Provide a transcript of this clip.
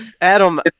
Adam